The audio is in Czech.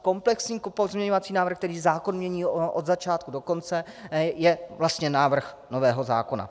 Komplexní pozměňovací návrh, který zákon mění od začátku do konce, je vlastně návrh nového zákona.